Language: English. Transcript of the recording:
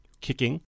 kicking